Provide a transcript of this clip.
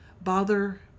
bother